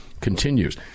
continues